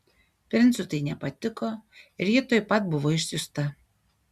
princui tai nepatiko ir ji tuoj pat buvo išsiųsta